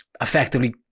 effectively